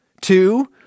Two